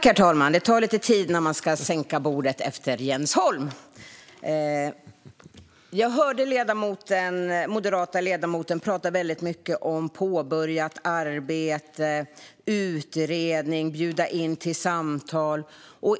Herr talman! Jag hörde den moderata ledamoten tala mycket om påbörjat arbete, utredning och bjuda in till samtal.